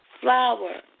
flower